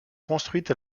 construite